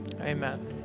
Amen